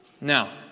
Now